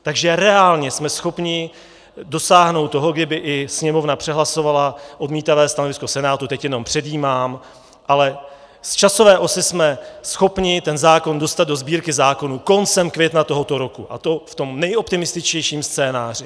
Takže reálně jsme schopni dosáhnout toho, kdyby i Sněmovna přehlasovala odmítavé stanovisko Senátu, teď jenom předjímám, ale z časové osy jsme schopni ten zákon dostat do Sbírky zákonů koncem května tohoto roku, a to v tom nejoptimističtějším scénáři.